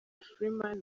freeman